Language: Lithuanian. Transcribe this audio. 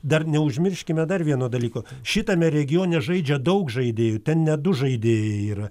dar neužmirškime dar vieno dalyko šitame regione žaidžia daug žaidėjų ten ne du žaidėjai yra